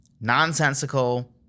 nonsensical